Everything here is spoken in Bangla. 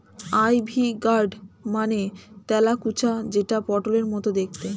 আই.ভি গার্ড মানে তেলাকুচা যেটা পটলের মতো দেখতে